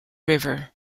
river